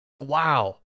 Wow